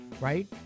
right